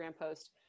post